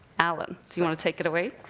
alan, do you wanna take it away?